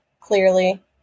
clearly